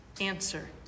answer